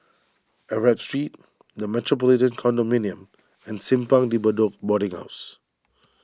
Arab Street the Metropolitan Condominium and Simpang De Bedok Boarding House